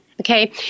okay